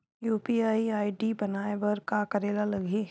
UPI ID बनाये बर का करे ल लगही?